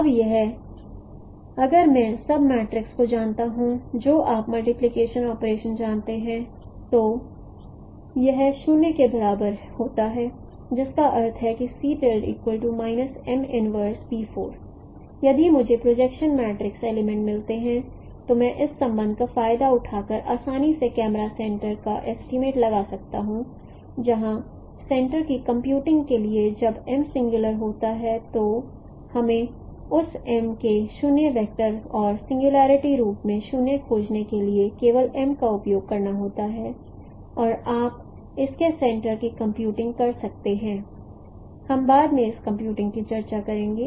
अब यह अगर मैं सब मैट्रिक्स को जानता हूं जो आप मल्टीप्लिकेशन ऑपरेशन जानते हैं तो यह बराबर होता है 0 और जिसका अर्थ है कि यदि मुझे प्रोजेक्शन मैट्रिक्स एलीमेंट मिलते हैं तो मैं इस संबंध का फायदा उठाकर आसानी से कैमरा सेंटर का एस्टीमेट लगा सकता हूं जहां सेंटर की कंप्यूटिंग के लिए जब M सिंगुलर होता है तो हमें उस M के 0 वेक्टर और सिंगुलर रूप में 0 खोजने के लिए केवल M का उपयोग करना होता है और आप इसके सेंटर की कंप्यूटिंग कर सकते हैं हम बाद में इस कंप्यूटिंग की चर्चा करेंगे